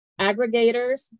aggregators